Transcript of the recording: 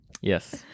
yes